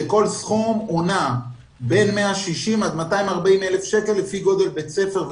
כשכל סכום נע בין 160,000 עד 240,000 שקל לפי גודל בית ספר,